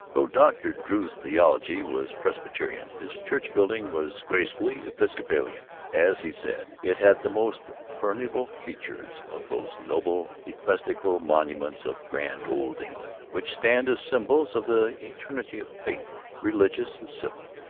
though dr. drew's theology was presbyterian, his church-building was gracefully episcopalian. as he said, it had the most perdurable features of those noble ecclesiastical monuments of grand old england which stand as symbols of the eternity of faith, religious and civil.